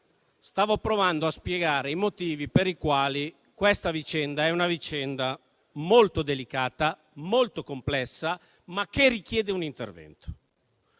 Stavo provando a spiegare i motivi per i quali questa vicenda è molto delicata, complessa e richiede un intervento.